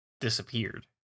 disappeared